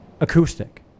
acoustic